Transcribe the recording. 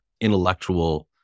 intellectual